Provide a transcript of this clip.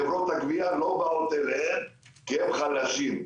חברות הגבייה לא באות אליהם כי הם חלשים.